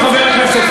100 שנות